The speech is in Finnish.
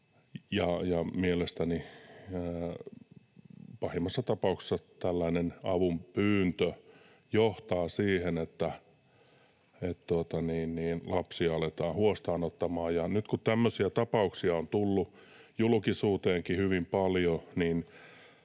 pahimmassa tapauksessa tällainen avunpyyntö johtaa siihen, että lapsia aletaan huostaanottamaan. Nyt kun tämmöisiä tapauksia on tullut julkisuuteenkin hyvin paljon,